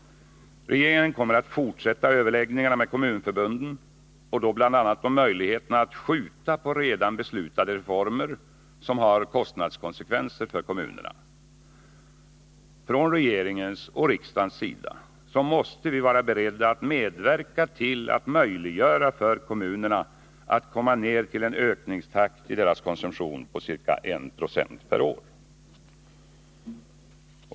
Regeringen kommer att fortsätta överläggningarna med kommunförbunden, bl.a. om möjligheterna att skjuta på redan beslutade reformer, som har kostnadskonsekvenser för kommunerna. Från regeringens och riksdagens sida måste vi vara beredda att medverka till att möjliggöra för kommunerna att komma ned till en ökningstakt i deras konsumtion på ca 1 96 per år.